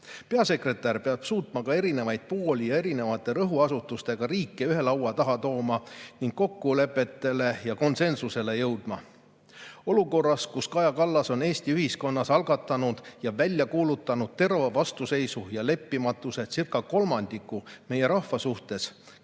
Peasekretär peab suutma eri pooli ja erinevate rõhuasetustega riike ühe laua taha tuua ning [oskama] kokkulepetele ja konsensusele jõuda. Olukorras, kus Kaja Kallas on Eesti ühiskonnas algatanud ja välja kuulutanud terava vastuseisu ja leppimatusecircakolmandiku meie rahva suhtes,